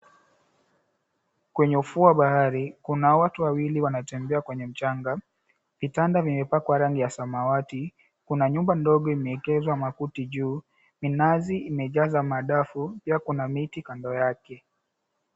Kwenye ufuo wa bahari, kuna watu wawili wanatembea kwenye mchanga. Vitanda vimepakwa rangi ya samawati, kuna nyumba ndogo imeekezwa makuti juu, minazi imejaza madafu, pia na miti kando yake